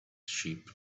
sheep